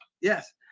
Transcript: Yes